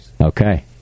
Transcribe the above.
Okay